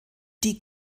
die